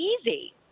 easy